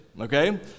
okay